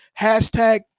hashtag